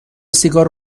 سیگار